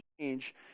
change